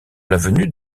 l’avenue